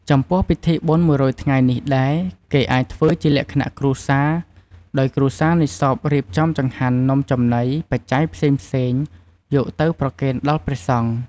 ចំពោះពិធីបុណ្យមួយរយថ្ងៃនេះដែរ គេអាចធ្វើជាលក្ខណៈគ្រួសារ ដោយគ្រួសារនៃសពរៀបចំ ចង្ហាន់ នំចំណី បច្ច័យផ្សេងៗ យកទៅប្រគេនដល់ព្រះសង្ឃ។